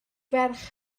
ferch